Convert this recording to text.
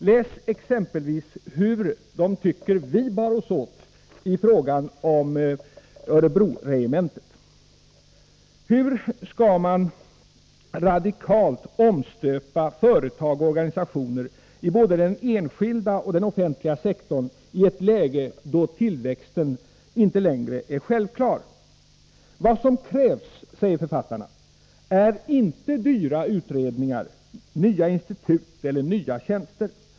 Läs exempelvis om hur de tycker att vi bar oss åt i frågan om Örebroregementet! Hur skall man radikalt omstöpa företag och organisationer i både den enskilda och den offentliga sektorn i ett läge då tillväxten inte längre är självklar? Vad som krävs, säger författarna, är inte dyra utredningar, nya institut eller nya tjänster.